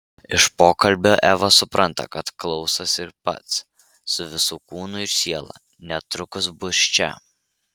iš pokalbio eva supranta kad klausas ir pats su visu kūnu ir siela netrukus bus čia